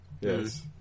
Yes